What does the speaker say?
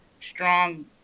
strong